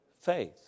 faith